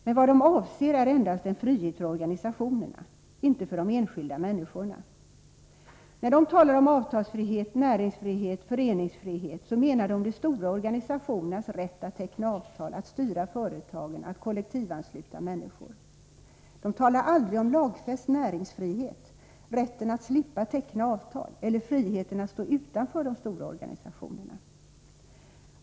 Men vad de avser är endast en frihet för organisationerna, inte för de enskilda människorna. När de talar om avtalsfrihet, näringsfrihet och föreningsfrihet menar socialdemokraterna de stora organisationernas rätt att teckna avtal, att styra företagen, att kollektivansluta människor. De talar aldrig om lagfäst näringsfrihet, om rätten att slippa teckna avtal eller om friheten att stå utanför de stora organisationerna.